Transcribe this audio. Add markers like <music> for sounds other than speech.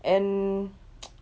and <noise>